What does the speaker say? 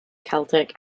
celtic